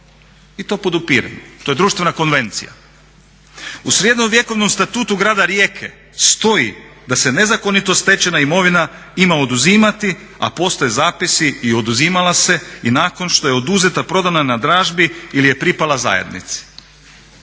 I to podupiremo, to je društvena konvencija. U srednjovjekovnom statutu grada Rijeke stoji da se nezakonito stečena imovina ima oduzimati a postoje zapisi i oduzimala se i nakon što je oduzeta prodana je na dražbi ili je pripala zajednici.